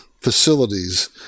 facilities